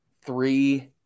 three